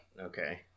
Okay